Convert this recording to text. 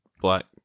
black